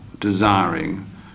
desiring